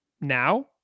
now